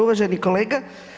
Uvaženi kolega.